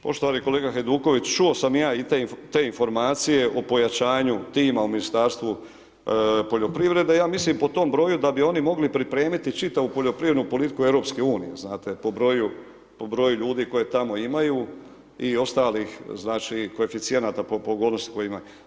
Poštovani kolega Hajduković, čuo sam i ja te informacije o pojačanju tima u Ministarstvu poljoprivrede i ja mislim po tom broju da bi oni mogli pripremiti čitavu poljoprivrednu politiku EU, po broju ljudi koje tamo imaju i ostalih koeficijenata po pogodnosti koje tamo imaju.